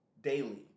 daily